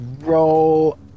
roll